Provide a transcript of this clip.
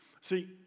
See